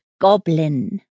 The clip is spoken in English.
goblin